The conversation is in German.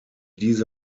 diese